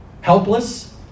Helpless